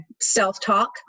self-talk